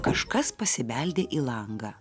kažkas pasibeldė į langą